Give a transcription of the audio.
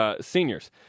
seniors